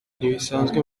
ntibisanzwe